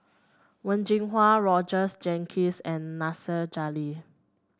Wen Jinhua Rogers Jenkins and Nasir Jalil